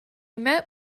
met